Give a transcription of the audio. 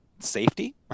Safety